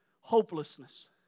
hopelessness